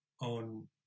on